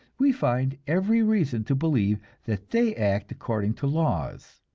we find every reason to believe that they act according to laws,